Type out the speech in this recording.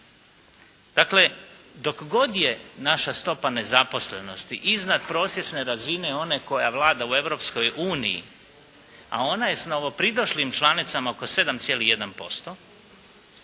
Dakle, dok god je naša stopa nezaposlenosti iznad prosječne razine one koja vlada u Europskoj uniji, a ona je s novo pridošlim članicama oko 7,1%